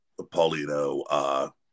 Paulino